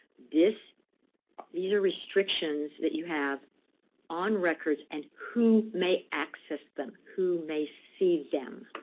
this these are restrictions that you have on records and who may access them. who may see them